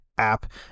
app